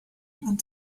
and